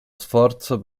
sforzo